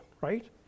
right